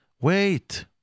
wait